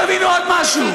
תבינו עוד משהו,